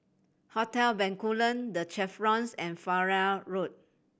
Hotel Bencoolen The Chevrons and Farrer Road